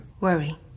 Worry